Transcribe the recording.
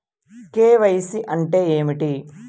KYC అంటే ఏమిటి?